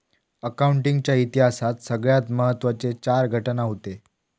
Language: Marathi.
अकाउंटिंग च्या इतिहासात सगळ्यात महत्त्वाचे चार घटना हूते